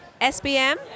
SBM